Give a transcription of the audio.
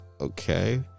okay